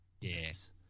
Yes